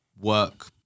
work